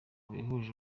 bahuje